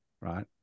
right